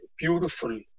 beautiful